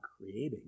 creating